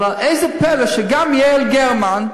אבל איזה פלא שגם יעל גרמן,